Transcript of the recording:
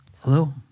hello